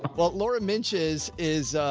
well, laura menches is